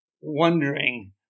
wondering